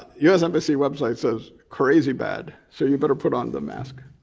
u s. embassy website says crazy bad, so you better put on the mask.